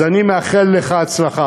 אז אני מאחל לך הצלחה.